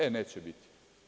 E, neće biti.